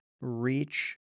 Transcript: reach